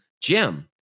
Jim